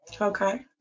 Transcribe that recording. Okay